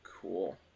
cool